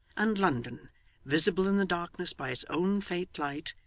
and london visible in the darkness by its own faint light,